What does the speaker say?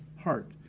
heart